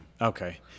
Okay